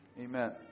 Amen